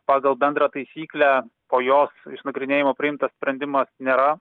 pagal bendrą taisyklę po jos išnagrinėjimo priimtas sprendimas nėra